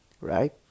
right